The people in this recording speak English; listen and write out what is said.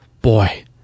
boy